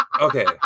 Okay